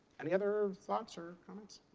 any other thoughts or comments?